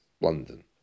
London